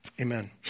amen